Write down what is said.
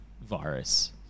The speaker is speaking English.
virus